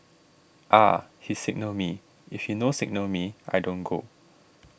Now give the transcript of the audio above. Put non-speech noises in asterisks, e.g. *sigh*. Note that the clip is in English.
*hesitation* he signal me if he no signal me I don't go